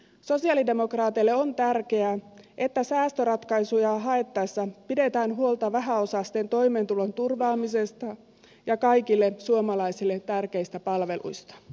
sosialidemokraateille on tärkeää että säästöratkaisuja haettaessa pidetään huolta vähäosaisten toimeentulon turvaamisesta ja kaikille suomalaisille tärkeistä palveluista